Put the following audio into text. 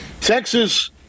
Texas